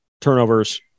turnovers